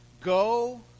Go